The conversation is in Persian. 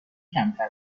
کمتر